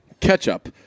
Ketchup